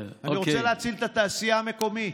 אני רוצה להציל את התעשייה המקומית.